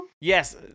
yes